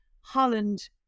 Holland